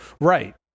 Right